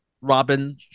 Robin